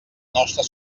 nostra